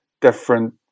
different